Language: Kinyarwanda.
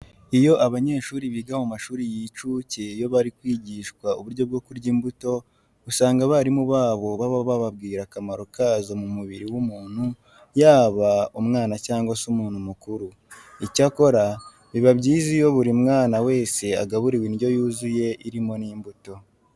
Iyo abanyeshuri biga mu mashuri y'incuke iyo bari kwigishwa uburyo bwo kurya imbuto, usanga abarimu babo baba bababwira akamaro kazo mu mubiri w'umuntu yaba umwana cyangwa se umuntu mukuru. Icyakora biba byiza iyo buri mwana wese agaburiwe indyo yuzuye irimo n'imbuto.